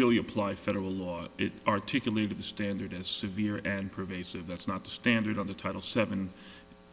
really apply federal laws it articulated the standard as severe and pervasive that's not standard on the title seven